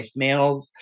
voicemails